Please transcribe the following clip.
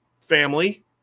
family